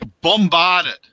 bombarded